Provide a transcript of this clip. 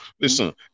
listen